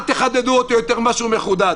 אל תחדדו אותו יותר ממה שהוא מחודד.